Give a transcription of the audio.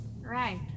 Right